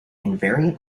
invariant